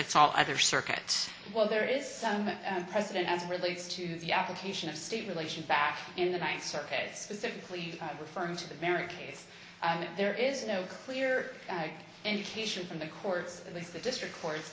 hits all other circuits while there is some precedent as relates to the application of state relations back in the ninth circuit specifically referring to the barricades that there is no clear indication from the courts at least the district cour